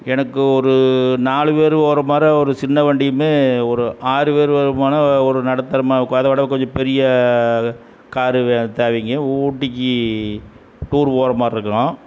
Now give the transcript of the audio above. எனக்கு ஒரு நாலு பேர் போகிற மாதிரி ஒரு சின்ன வண்டியுமே ஒரு ஆறு பேர் போகிறமான ஒரு நடுத்தரமா ஒக் அதை விட கொஞ்சம் பெரிய காரு வே தேவைங்க ஊட்டிக்கு டூரு போகிற மாதிரி இருக்கோம்